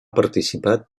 participat